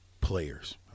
players